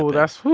that's.